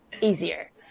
easier